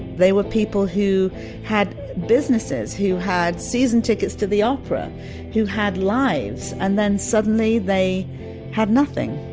they were people who had businesses, who had season tickets to the opera who had lives and then suddenly they had nothing.